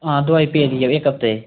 हां दोआई पेदी ऐ इक हफ्ते दी